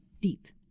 teeth